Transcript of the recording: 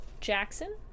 jackson